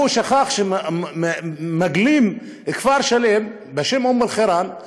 הוא שכח שמַגלים כפר שלם בשם אום-אלחיראן,